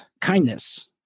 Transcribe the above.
kindness